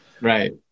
Right